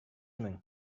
мең